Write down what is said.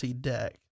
deck